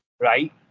Right